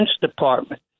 Department